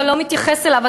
אתה לא מתייחס אליו,